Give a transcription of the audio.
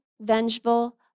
vengeful